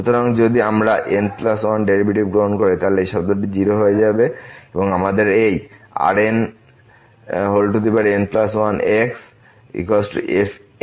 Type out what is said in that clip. সুতরাং যদি আমরা n1th ডেরিভেটিভ গ্রহণ করি তাহলে এই শব্দটি 0 হয়ে যাবে এবং আমাদের এই Rnn1xfn1x আছে